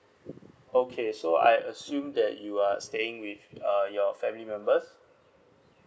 okay so I assume that you are staying with uh your family members